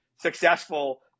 successful